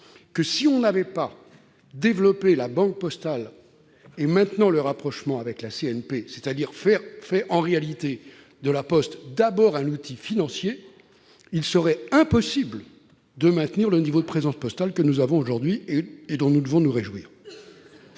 que, si l'on n'avait pas développé La Banque postale et, maintenant, opéré le rapprochement avec la CNP, c'est-à-dire fait de La Poste un outil d'abord financier, il serait impossible de maintenir le niveau de présence postale que nous avons aujourd'hui et dont nous devons nous réjouir.